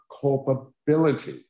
culpability